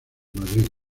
madrid